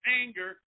anger